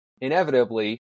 inevitably